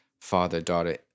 father-daughter